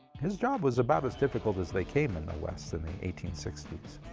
his job was about as difficult as they came in the west in the eighteen sixty s.